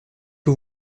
que